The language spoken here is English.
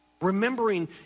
Remembering